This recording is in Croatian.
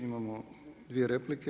Imamo dvije replike.